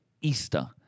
Easter